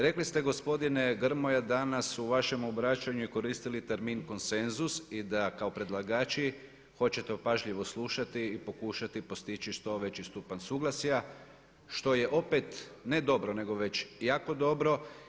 Rekli ste gospodine Grmoja danas u vašem obraćanju i koristili termin konsenzus i da kao predlagači hoćete opažljivo slušati i pokušati postići što veći stupanj suglasja što je opet ne dobro, nego već jako dobro.